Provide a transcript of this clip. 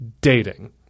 dating